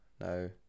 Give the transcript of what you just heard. No